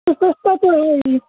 سستا تو ہے ہی